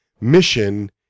mission